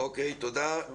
אוקיי, תודה.